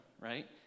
right